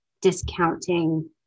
discounting